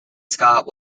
scott